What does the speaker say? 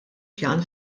pjan